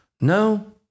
No